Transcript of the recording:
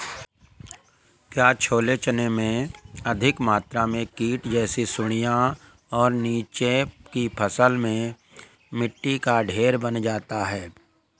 क्या छोले चने में अधिक मात्रा में कीट जैसी सुड़ियां और नीचे की फसल में मिट्टी का ढेर बन जाता है?